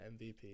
MVP